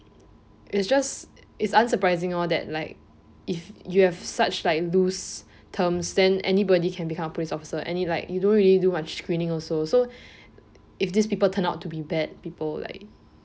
is just is unsurprising lor that like if you have such like loose terms then anybody can become a police officer any like you don't really do much screening also so if these people turn out to be bad people like